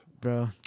bro